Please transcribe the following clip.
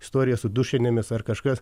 istorija su dušinėmis ar kažkas